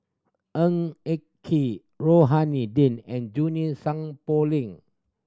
Ng Eng Kee Rohani Din and Junie Song Poh Ling